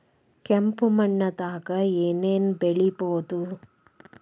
ಕೆಂಪು ಮಣ್ಣದಾಗ ಏನ್ ಏನ್ ಬೆಳಿಬೊದು?